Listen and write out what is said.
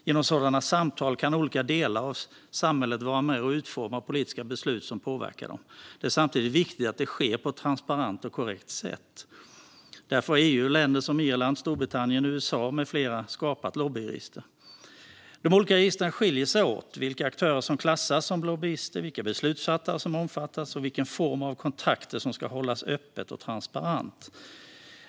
Genom sådana samtal kan olika delar av samhället vara med och utforma politiska beslut som påverkar dem. Det är samtidigt viktigt att det sker på ett transparent och korrekt sätt. Därför har EU och länder som Irland, Storbritannien och USA med flera skapat lobbyregister. De olika registren skiljer sig åt gällande vilka aktörer som klassas som lobbyister, vilka beslutsfattare som omfattas och vilken form av kontakter som ska hållas öppna och transparenta.